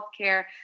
healthcare